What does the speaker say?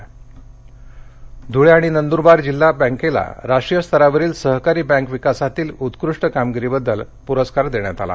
धुळे प्रस्कार ध्रळे आणि नंदूरबार जिल्हा बँकेला राष्ट्रीयस्तरावरील सहकारी बँक विकासातील उत्कृष्ट कामगिरीबद्दल पुरस्कार देण्यात आला